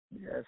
Yes